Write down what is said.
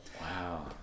Wow